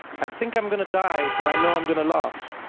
i think i'm gonna die but i know i'm gonna laugh.